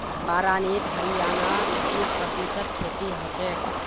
बारानीत हरियाणार इक्कीस प्रतिशत खेती हछेक